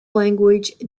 language